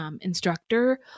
instructor